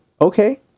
Okay